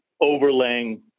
overlaying